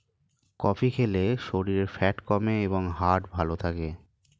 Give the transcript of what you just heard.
coffee খেলে শরীরের fat কমে এবং হার্ট ভালো থাকে